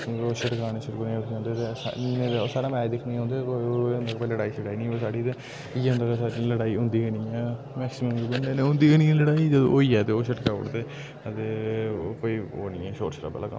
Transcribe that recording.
हां छड़काने छुड़काने औंदे इयां ते साढ़ा मैच दिक्खने औंदे कोई लड़ाई शड़ाई नी होए साढ़ी ते इयां ते लड़ाई होंदी गै नी ऐ मैक्सिमम होंदी गै नी ऐ लड़ाई जदूं होई जाए तां ओह् छड़काई ओड़दे ते कोई ओह् नी ऐ शोर शराबे आह्ला कम्म